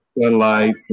sunlight